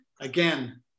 Again